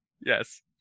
yes